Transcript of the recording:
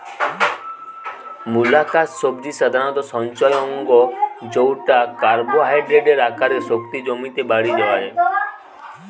মূলাকার সবজি সাধারণত সঞ্চয় অঙ্গ জউটা কার্বোহাইড্রেটের আকারে শক্তি জমিতে বাড়ি যায়